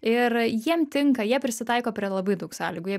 ir jiem tinka jie prisitaiko prie labai daug sąlygų jie